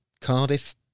Cardiff